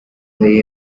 the